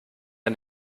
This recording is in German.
der